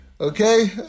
Okay